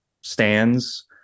stands